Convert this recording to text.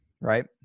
Right